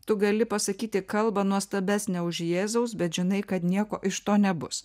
tu gali pasakyti kalbą nuostabesnę už jėzaus bet žinai kad nieko iš to nebus